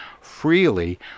freely